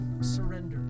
surrender